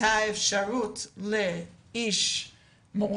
הייתה האפשרות למורה,